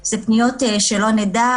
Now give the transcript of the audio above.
זה פניות שלא נדע,